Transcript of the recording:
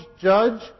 judge